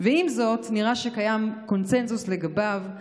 ועם זאת, נראה שקיים קונסנזוס לגביו.